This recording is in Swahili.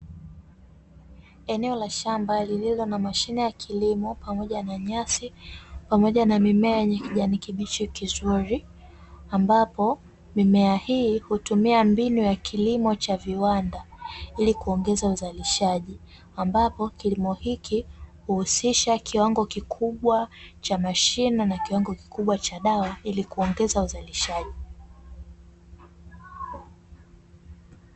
Eneo la shamba lililo na mashine ya kilimo pamoja na nyasi, pamoja na mimea yenye kijani kibichi kizuri, ambapo mimea hii hutumia mbinu ya kilimo cha viwanda ili kuongeza uzalishaji, ambapo kilimo hiki huhusisha kiwango kikubwa cha mashine na kiwango kikubwa cha dawa ili kuongeza uzalishaji.